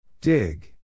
Dig